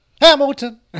Hamilton